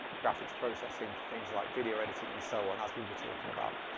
graphics processing for things like video editing and so on as we were talking about.